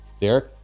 Derek